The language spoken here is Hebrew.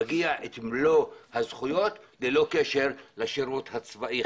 מגיע מלוא הזכויות ללא קשר לשירות הצבאי,